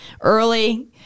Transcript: early